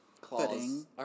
claws